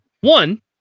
One